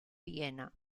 viena